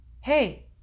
hey